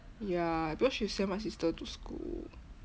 ya because she send my sister to school